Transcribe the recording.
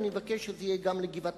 אני מבקש שזה יהיה גם לגבעת-אסף,